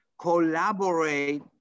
collaborate